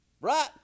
Right